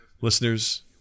Listeners